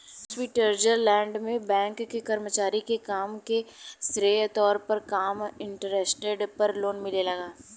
Switzerland में bank के कर्मचारी के काम के श्रेय के तौर पर कम इंटरेस्ट पर लोन मिलेला का?